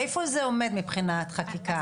איפה זה עומד מבחינת חקיקה?